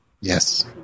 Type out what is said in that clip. Yes